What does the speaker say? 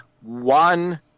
one